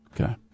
Okay